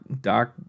Doc